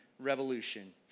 revolution